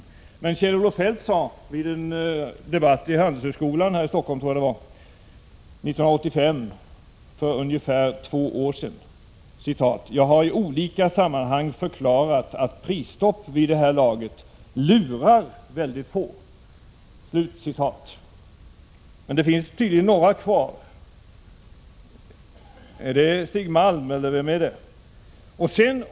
Kjell-Olof Feldt sade vid en debatt i Handelshögskolan i Stockholm före valet 1985, alltså för ungefär två år sedan: ”Jag har i olika sammanhang förklarat att prisstopp vid det här laget lurar väldigt få.” Men det finns tydligen några kvar. Är det Stig Malm eller vem är det?